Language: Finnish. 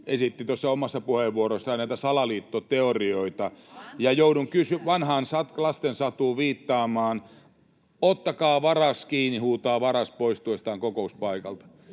esitti tuossa omassa puheenvuorossaan salaliittoteorioita, [Leena Meri: Anteeksi mitä?] ja joudun vanhaan lasten satuun viittaamaan, eli ”ottakaa varas kiinni”, huutaa varas poistuessaan rikospaikalta.